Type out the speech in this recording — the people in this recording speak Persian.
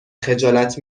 خجالت